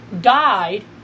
died